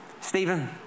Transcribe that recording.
Stephen